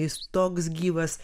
jis toks gyvas